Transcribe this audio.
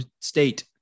state